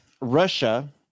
Russia